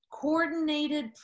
coordinated